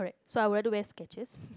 so I rather wear Skechers